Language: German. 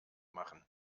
machen